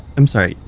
i'm sorry.